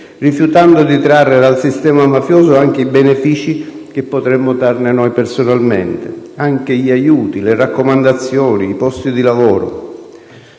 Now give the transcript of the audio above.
rifiutando di trarre dal sistema mafioso anche i benefìci che potremmo trarne noi personalmente, anche gli aiuti, le raccomandazioni, i posti di lavoro.